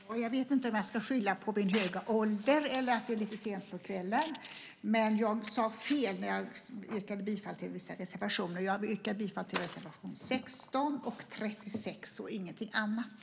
Herr talman! Jag vet inte om jag ska skylla på min höga ålder eller att det är lite sent på kvällen, men jag sade fel när jag yrkade bifall. Jag yrkar bifall till reservationerna 16 och 36 och ingenting annat.